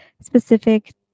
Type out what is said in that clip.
specific